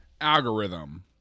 Algorithm